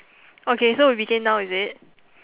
okay so we begin now is it